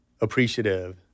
appreciative